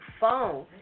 phone